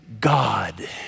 God